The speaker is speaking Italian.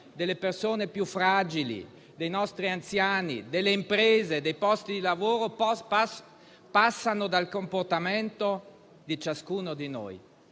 delle persone più fragili, dei nostri anziani, delle imprese, dei posti di lavoro passano dal comportamento di ciascuno di noi.